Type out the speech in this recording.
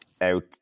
out